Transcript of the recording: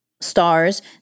Stars